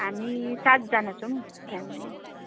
हामी सातजना छौँ फ्यामिली नै